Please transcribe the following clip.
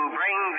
bring